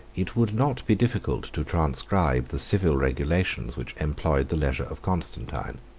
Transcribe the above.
it would not be difficult to transcribe the civil regulations which employed the leisure of constantine.